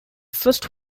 first